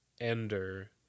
ender